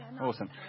Awesome